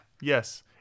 Yes